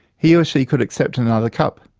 he or she could accept another cup.